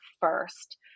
first